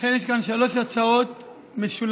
אכן, יש כאן שלוש הצעות משולבות,